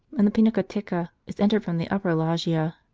and the pinacoteca is entered from the upper loggia.